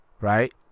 Right